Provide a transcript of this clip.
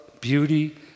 beauty